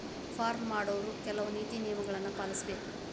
farm ಮಾಡೊವ್ರು ಕೆಲ್ವ ನೇತಿ ನಿಯಮಗಳನ್ನು ಪಾಲಿಸಬೇಕ